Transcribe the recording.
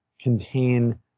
contain